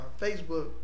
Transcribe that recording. Facebook